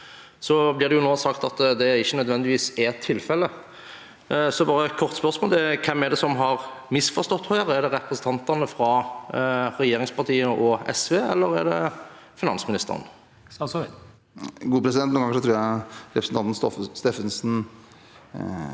Nå blir det sagt at det ikke nødvendigvis er tilfellet. Så bare et kort spørsmål: Hvem er det som har misforstått her? Er det representantene fra regjeringspartiene og SV, eller er det finansministeren? Statsråd Trygve Slagsvold Vedum Noen ganger tror jeg representanten Steffensen